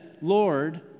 Lord